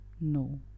no